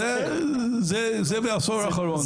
זה בעשור האחרון.